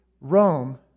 Rome